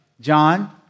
John